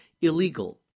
illegal